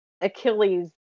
Achilles